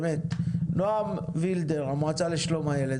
נעם וילדר, המועצה לשלום הילד,